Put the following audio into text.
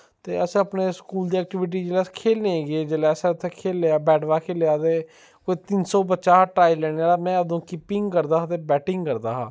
ते अस अपने स्कूल दी ऐक्टिविटी जिसलै अस खेढने गे जिसलै असें उत्थै खेढेआ बैट बॉल खेढेआ ते कोई तिन सौ बच्चा हा टराएल लैन आह्ला में अदूं कीपींग करदा हा ते बैटिंग करदा हा